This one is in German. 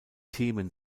themen